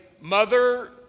mother